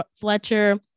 Fletcher